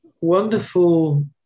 wonderful